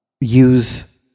Use